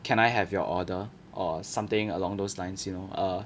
can I have your order or something along those lines you know err